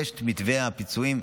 ויש מתווה הפיצויים.